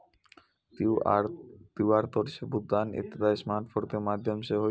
QR code सं भुगतान एकटा स्मार्टफोन के माध्यम सं होइ छै